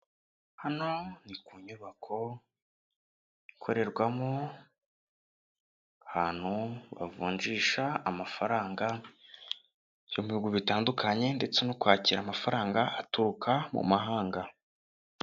Hano ni ku nyubako ikorerwamo ahantu bavunjisha amafaranga yo mu bihugu bitandukanye; ndetse no kwakira amafaranga aturuka mu mahanga.